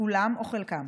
כולם או חלקם,